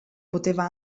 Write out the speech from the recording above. poteva